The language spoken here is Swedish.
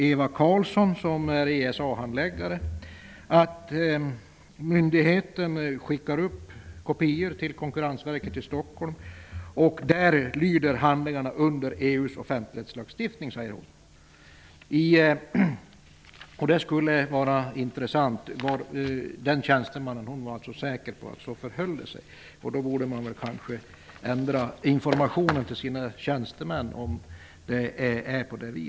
Eva Karlsson, som är ESA handläggare, säger att myndigheten skickar upp kopior till Konkurrensverket i Stockholm. Där lyder handlingarna under EU:s offentlighetslagstiftning, säger Eva Karlsson. Den här tjänstemannen är säker på att det förhåller sig på detta vis. Då borde man kanske ändra informationen till tjänstemännen.